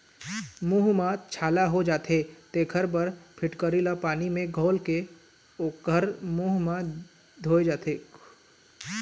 मूंह म छाला हो जाथे तेखर बर फिटकिरी ल पानी म घोलके ओखर मूंह ल धोए जाथे